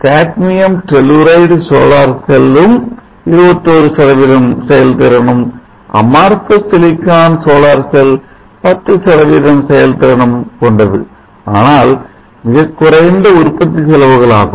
cadmium telluride solar செல்லும் 21 செயல்திறனும் Amorphous silicon solar cell 10 செயல் திறனும் கொண்டதுஆனால் மிக குறைந்த உற்பத்திச் செலவுகள் ஆகும்